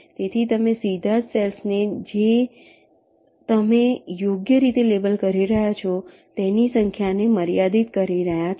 તેથી તમે સીધા જ સેલ્સ જે તમે યોગ્ય રીતે લેબલ કરી રહ્યાં છો તેની સંખ્યાને મર્યાદિત કરી રહ્યાં છો